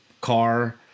car